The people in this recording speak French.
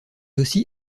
aussi